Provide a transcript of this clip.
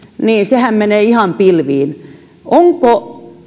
niin sehän menee ihan pilviin onko